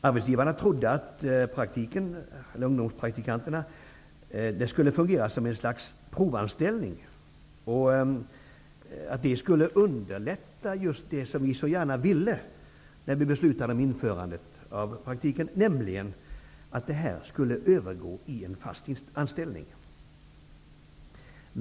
Arbetsgivarna trodde att ungdomspraktiken skulle fungera som ett slags provanställning och att det skulle underlätta just det som vi så gärna ville när vi beslutade om införandet av praktiken, nämligen att den skulle övergå i en fast anställning.